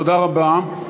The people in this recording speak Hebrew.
תודה רבה.